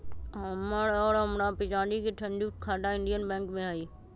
हमर और हमरा पिताजी के संयुक्त खाता इंडियन बैंक में हई